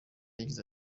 yagize